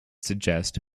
suggest